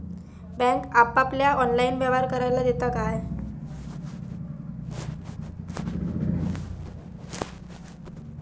Bank आपल्याला online व्यवहार करायला देता काय?